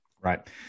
Right